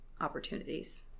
opportunities